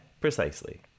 precisely